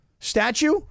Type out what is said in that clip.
statue